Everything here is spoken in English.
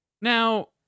Now